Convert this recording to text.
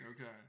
Okay